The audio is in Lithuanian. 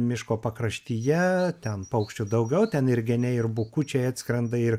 miško pakraštyje ten paukščių daugiau ten ir geniai ir bukučiai atskrenda ir